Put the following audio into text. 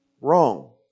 wrong